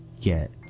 get